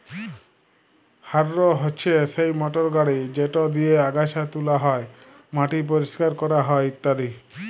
harrow হছে সেই motor গাড়ি যেট দিঁয়ে আগাছা তুলা হ্যয়, মাটি পরিষ্কার ক্যরা হ্যয় ইত্যাদি